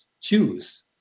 choose